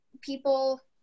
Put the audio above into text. people